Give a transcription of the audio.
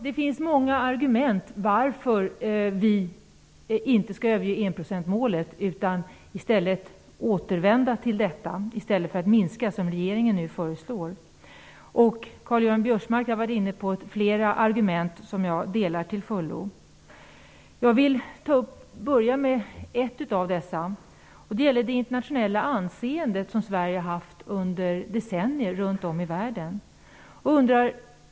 Det finns många argument för att inte överge enprocentsmålet utan i stället återvända till det - och inte minska som regeringen nu föreslår. Karl-Göran Biörsmark har varit inne på flera argument som jag till fullo delar. Jag vill börja med att ta upp ett av dessa. Det gäller det internationella anseende som Sverige har haft under decennier runt om i världen.